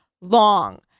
long